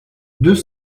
deux